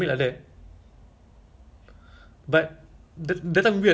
al-azhar gitu those kind macam woodgrove gitu ah